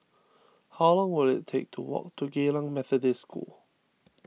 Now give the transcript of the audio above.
how long will it take to walk to Geylang Methodist School